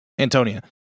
Antonia